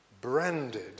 branded